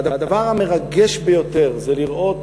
והדבר המרגש ביותר זה לראות